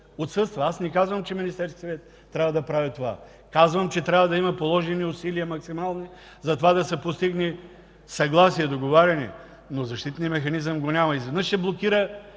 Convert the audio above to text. отсъства. Аз не казвам, че Министерският съвет трябва да прави това. Казвам, че трябва да има положени максимални усилия да се постигне съгласие, договаряне, но защитният механизъм го няма. Изведнъж ще блокира